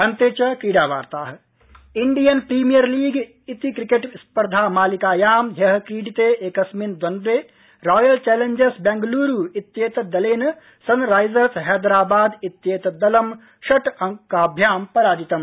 अन्ते च क्रीडा वार्ताः इण्डियन् प्रीमियर लीग इति क्रिकेट स्पर्धामालिकायां ह्य क्रीडिते एकस्मिन् द्वन्द्वे रॉयल चर्टीजर्स बैंगलूरु इत्येत् दलेन सनराइजर्स हस्त्रीबाद इत्येतत् दलं षट् अंकाभ्यां पराजितम्